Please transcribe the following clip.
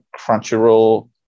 Crunchyroll